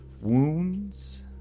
wounds